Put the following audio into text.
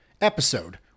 episode